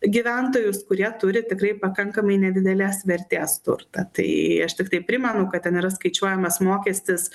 gyventojus kurie turi tikrai pakankamai nedidelės vertės turtą tai aš tiktai primenu kad ten yra skaičiuojamas mokestis